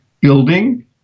building